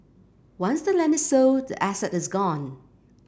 once the land is sold the asset is gone